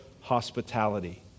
hospitality